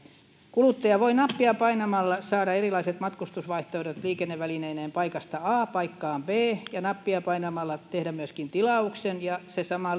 kuluttaja voi nappia painamalla saada erilaiset matkustusvaihtoehdot liikennevälineineen paikasta a paikkaan b ja nappia painamalla tehdä myöskin tilauksen ja se sama